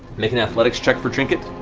make an athletics check for trinket,